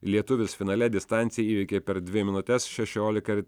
lietuvis finale distanciją įveikė per dvi minutes šešiolika ir